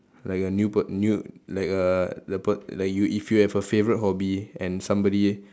like a new p~ new like a the p~ like you if you have a favourite hobby and somebody